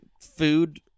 food